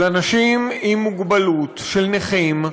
של אנשים עם מוגבלות, של נכים,